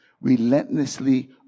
Relentlessly